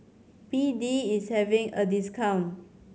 B D is having a discount